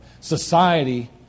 society